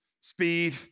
speed